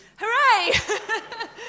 Hooray